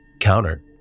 counter